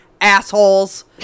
assholes